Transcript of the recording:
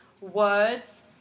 words